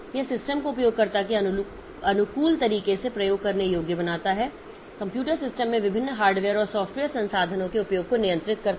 यह सिस्टम को उपयोगकर्ता के अनुकूल तरीके से प्रयोग करने योग्य बनाता है कंप्यूटर सिस्टम में विभिन्न हार्डवेयर और सॉफ्टवेयर संसाधनों के उपयोग को नियंत्रित करता है